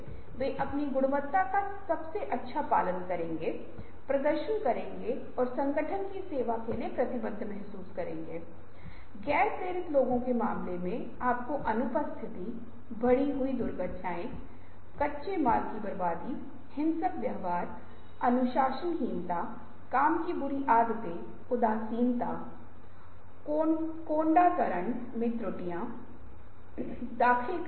यह एक गलत धारणा है क्योंकि यदि संगठन ऐसा करता है तो अंदरूनी सूत्र रचनात्मकता के लिए निराश महसूस करेंगे और हर किसी में कुछ बनाने की क्षमता है और रचनात्मकता के लिए गुंजाइश प्रदान की जानी चाहिए